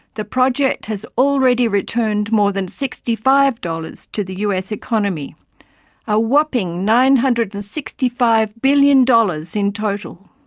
the project has already returned more than sixty-five dollars to the us economy a whopping nine hundred and sixty five billion dollars in total!